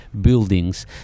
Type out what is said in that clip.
buildings